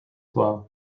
well